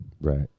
Right